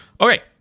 Okay